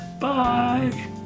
Bye